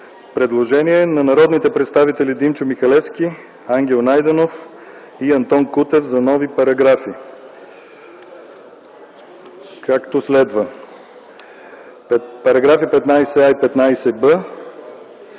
Предложение на народните представители Димчо Михалевски, Ангел Найденов и Антон Кутев за нови параграфи 15а и 15б, 15в и 15г. Параграфи 15в и 15г